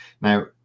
Now